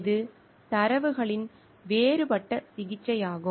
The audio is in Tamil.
இது தரவுகளின் வேறுபட்ட சிகிச்சையாகும்